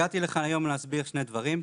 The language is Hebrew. הגעתי לכאן היום להסביר שני דברים.